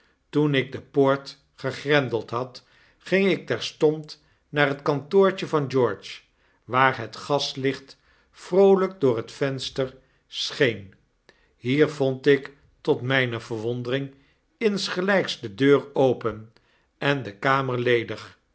toen ik de poort gegrendeld had ging ik terstond naar het kantoortje van george waar het gaslicht vroolyk door het venster scheen hier vond ik tot myne verwondering insgelyks de deur open en de